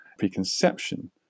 preconception